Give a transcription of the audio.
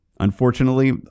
Unfortunately